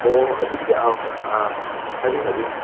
ꯑꯣ ꯑꯗꯨꯗꯤ ꯍꯥꯏꯕꯤꯌꯨ ꯍꯥꯏꯕꯤꯌꯨ